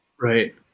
right